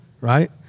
right